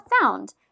found